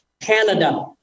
Canada